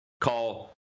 Call